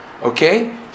Okay